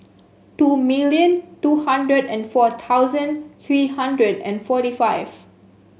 two million two hundred and four thousand three hundred and forty five